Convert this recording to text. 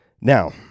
Now